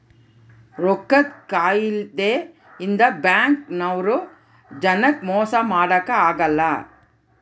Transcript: ರೊಕ್ಕದ್ ಕಾಯಿದೆ ಇಂದ ಬ್ಯಾಂಕ್ ನವ್ರು ಜನಕ್ ಮೊಸ ಮಾಡಕ ಅಗಲ್ಲ